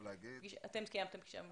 חשוב לומר שאנחנו קיימנו שיחה עם המנכ"ל.